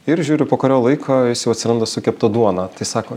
ir žiūriu po kurio laiko jis jau atsiranda su kepta duona tai sako